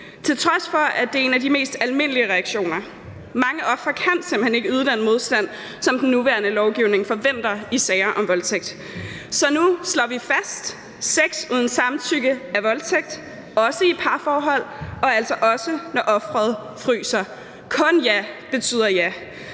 til trods for at det er en af de mest almindelige reaktioner. Mange ofre kan simpelt hen ikke yde den modstand, som den nuværende lovgivning forventer i sager om voldtægt. Lad os nu slå det fast: Sex uden samtykke er voldtægt, også i parforhold, og altså også når offeret fryser – kun ja betyder ja.